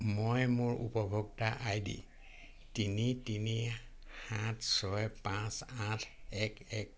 মই মোৰ উপভোক্তা আই ডি তিনি তিনি সাত ছয় পাঁচ আঠ এক এক